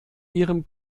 ihrem